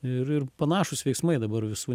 ir ir panašūs veiksmai dabar visų